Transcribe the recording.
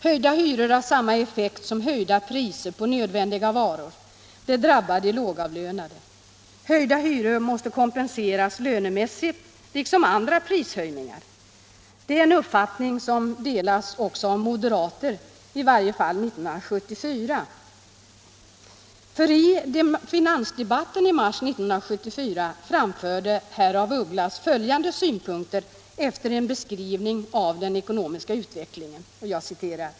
Höjda hyror har samma effekt som höjda priser på nödvändiga varor, de drabbar de lågavlönade. Höjda hyror måste kompenseras lönemässigt, liksom andra prishöjningar. Det är en uppfattning som delas också av moderater — så var åtminstone fallet 1974. I finansdebatten i mars 1974 framförde herr af Ugglas följande synpunkter efter en beskrivning av den ekonomiska utvecklingen.